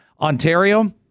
Ontario